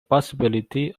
possibility